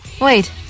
wait